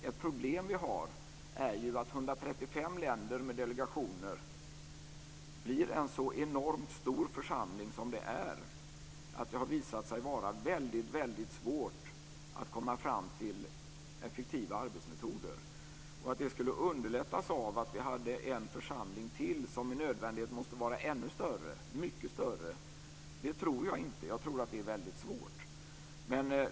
Ett problem vi har är att 135 länder med delegationer redan är en så enormt stor församling att det har visat sig vara väldigt svårt att komma fram till effektiva arbetsmetoder. Att det skulle underlättas av att vi hade en församling till, som med nödvändighet måste vara ännu mycket större, tror jag inte. Jag tror att det är väldigt svårt.